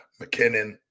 mckinnon